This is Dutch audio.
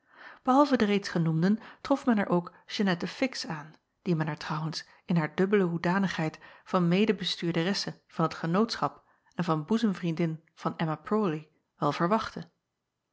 ehalve de reeds genoemden trof men er ook eannette ix aan die men er trouwens in haar dubbele hoedanigheid van mede bestuurderesse van t enootschap en van boezemvriendin van mma rawley wel verwachtte